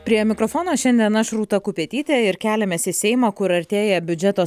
prie mikrofono šiandien aš rūta kupetytė ir keliamės į seimą kur artėja biudžeto